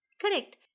Correct